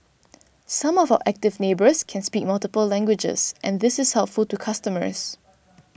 some of Active Neighbours can speak multiple languages and this is helpful to customers